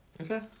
Okay